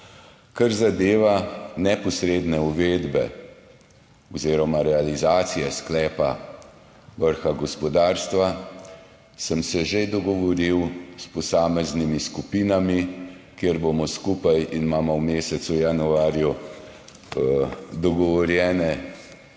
Kar zadeva neposredne uvedbe oziroma realizacije sklepa vrha gospodarstva, sem se že dogovoril s posameznimi skupinami, kjer bomo skupaj, v mesecu januarju imamo dogovorjene